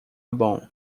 bom